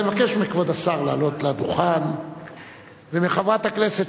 אז אני מבקש מכבוד השר לעלות לדוכן ומחברת הכנסת